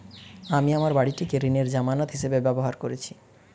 আমি আমার বাড়িটিকে ঋণের জামানত হিসাবে ব্যবহার করেছি